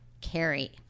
Carrie